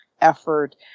effort